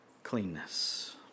Cleanness